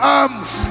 arms